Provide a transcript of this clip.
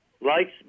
likes